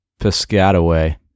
Piscataway